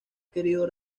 querido